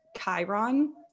Chiron